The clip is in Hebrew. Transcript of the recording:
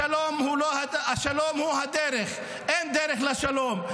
השלום הוא הדרך, אין דרך לשלום.